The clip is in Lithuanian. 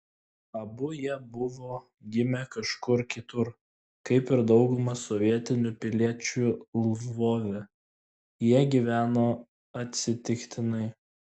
abu jie buvo gimę kažkur kitur kaip ir dauguma sovietinių piliečių lvove jie gyveno atsitiktinai